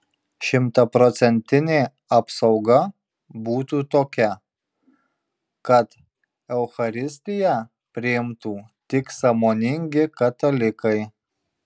šimtaprocentinė apsauga būtų tokia kad eucharistiją priimtų tik sąmoningi katalikai